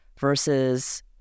versus